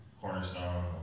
cornerstone